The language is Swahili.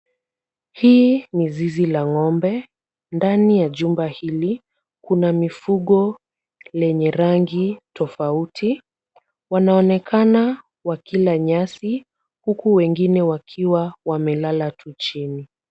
Hii ni zizi la ng'ombe. Ndani ya jumba hili kuna mifugo lenye rangi tofauti. Wanaonekana wakila nyasi huku wengine wakiwa wamelala tu chini.